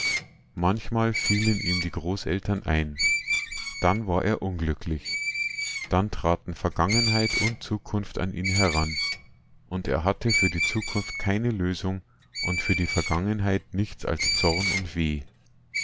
manchmal fielen ihm die großeltern ein dann war er unglücklich dann traten vergangenheit und zukunft an ihn heran und er hatte für die zukunft keine lösung und für die vergangenheit nichts als zorn und weh